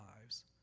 lives